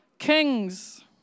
kings